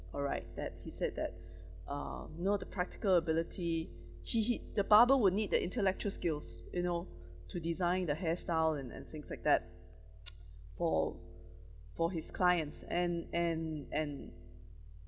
all right that's he said that uh you know the practical ability he he the barber will need the intellectual skills you know to design the hairstyle and and things like that for for his clients and and and